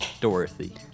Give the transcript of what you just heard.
Dorothy